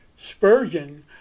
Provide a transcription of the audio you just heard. Spurgeon